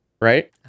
right